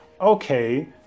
okay